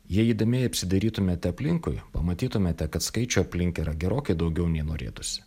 jei įdėmiai apsidairytumėte aplinkui pamatytumėte kad skaičių aplink yra gerokai daugiau nei norėtųsi